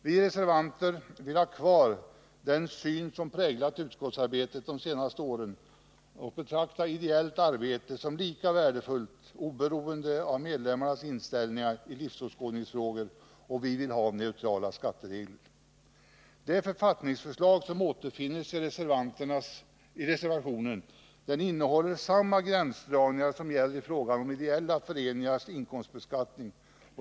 Vi reservanter vill ha kvar den syn som präglat utskottsarbetet de senaste åren, som innebär att man betraktar ideellt arbete som lika värdefullt oberoende av medlemmarnas inställning i livsåskådningsfrågor, och vi vill ha neutrala skatteregler. Det författningsförslag som återfinns i reservationen innehåller samma gränsdragningar som gäller i fråga om ideella föreningars inkomstbeskattning.